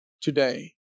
today